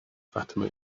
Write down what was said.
fatima